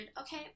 okay